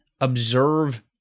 observe